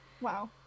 Wow